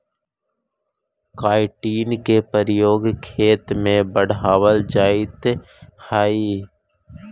chitin के प्रयोग खेत में बढ़ावल जाइत हई